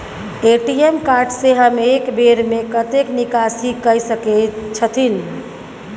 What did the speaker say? ATM card से हम एक बेर में कतेक निकासी कय सके छथिन?